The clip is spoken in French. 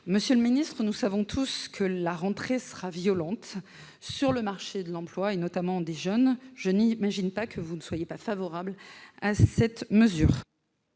Monsieur le ministre, nous savons tous que la rentrée sera violente sur le marché de l'emploi, notamment pour les jeunes ; je n'imagine pas que vous ne soyez pas favorable à cette mesure